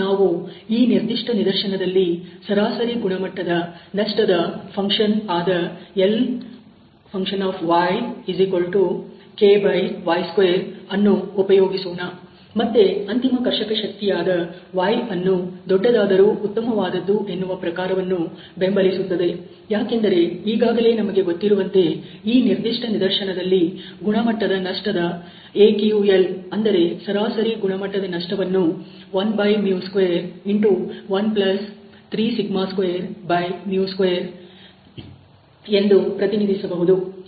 ನಾವು ಈ ನಿರ್ದಿಷ್ಟ ನಿದರ್ಶನದಲ್ಲಿ ಸರಾಸರಿ ಗುಣಮಟ್ಟದ ನಷ್ಟದ ಫಂಕ್ಷನ್ ಆದ Lyky² ಅನ್ನು ಉಪಯೋಗಿಸೋಣ ಮತ್ತೆ ಅಂತಿಮ ಕರ್ಷಕ ಶಕ್ತಿಯಾದ 'y' ಅನ್ನು ದೊಡ್ಡದಾದರೂ ಉತ್ತಮವಾದದ್ದು ಎನ್ನುವ ಪ್ರಕಾರವನ್ನು ಬೆಂಬಲಿಸುತ್ತದೆ ಯಾಕೆಂದರೆ ಈಗಾಗಲೇ ನಮಗೆ ಗೊತ್ತಿರುವಂತೆ ಈ ನಿರ್ದಿಷ್ಟ ನಿದರ್ಶನದಲ್ಲಿ ಗುಣಮಟ್ಟ ನಷ್ಟ AQL ಅಂದರೆ ಸರಾಸರಿ ಗುಣಮಟ್ಟದ ನಷ್ಟವನ್ನು1²13²² ಎಂದು ಪ್ರತಿನಿಧಿಸಬಹುದು